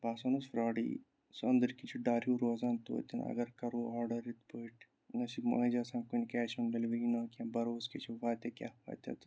باسان اوس فرٛاڈٕے سُہ أنٛدٕرۍ کِنۍ چھُ ڈَر ہیوٗ روزان توتہِ نہٕ اَگَر کَرو آرڈَر یِتھ پٲٹھۍ نہ چھِ مٲج آسان کُنہِ کیش آن ڈیٚلِؤری نہ کینٛہہ بَروسہٕ کیٛاہ چھِ واتہِ کیٛاہ واتٮ۪تھ